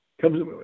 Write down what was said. comes